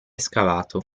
scavato